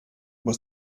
was